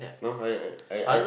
no I I I